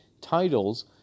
titles